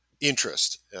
interest